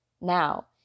now